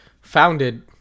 founded